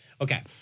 Okay